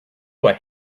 what